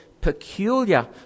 peculiar